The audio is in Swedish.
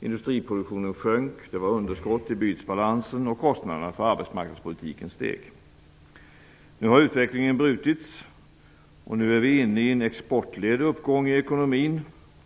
Industriproduktionen sjönk, det var underskott i bytesbalansen och kostnaderna för arbetsmarknadspolitiken steg. Nu har utvecklingen brutits. Nu är vi inne i en exportledd uppgång i ekonomin.